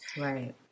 Right